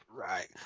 right